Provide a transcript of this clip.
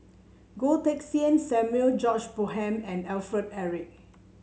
Goh Teck Sian Samuel George Bonham and Alfred Eric